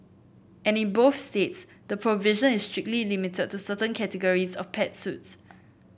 and in both states the provision is strictly limited to certain categories of pet suits